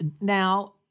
now